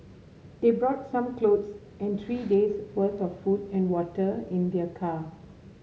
they brought some clothes and three day's worth of food and water in their car